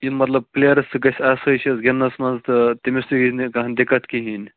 یِم مطلب پلیرَس تہِ گَژھِ آسٲیِش حظ گندنَس مَنٛز تہٕ تٔمِس یی نہٕ کانٛہہ دقت کِہیٖنۍ